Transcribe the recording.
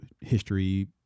History